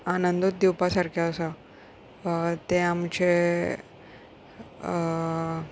आनंदूच दिवपा सारकें आसा ते आमचें